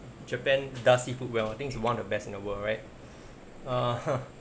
japan does seafood well I think it's one of the best in the world right uh